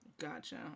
Gotcha